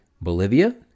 Bolivia